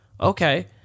okay